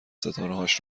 ستارههاش